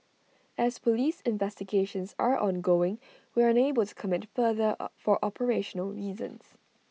as Police investigations are ongoing we are unable to comment further for operational reasons